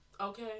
Okay